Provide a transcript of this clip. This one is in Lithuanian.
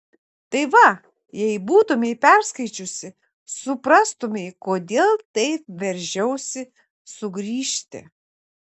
tai va jei būtumei perskaičiusi suprastumei kodėl taip veržiausi sugrįžti